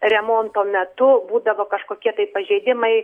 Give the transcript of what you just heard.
remonto metu būdavo kažkokie tai pažeidimai